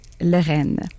Lorraine